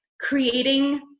creating